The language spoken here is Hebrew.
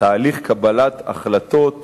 תהליך קבלת החלטות